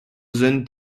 then